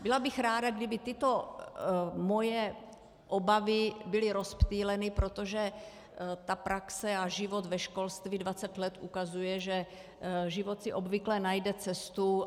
Byla bych ráda, kdyby tyto mé obavy byly rozptýleny, protože praxe a život ve školství dvacet let ukazuje, že život si obvykle najde cestu.